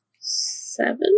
seven